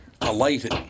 alighted